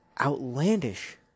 outlandish